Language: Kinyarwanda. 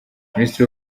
ministre